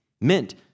mint